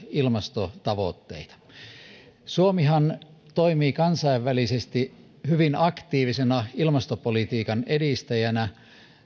ilmastotavoitteita suomihan toimii kansainvälisesti hyvin aktiivisena ilmastopolitiikan edistäjänä